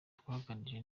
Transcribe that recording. twaganiriye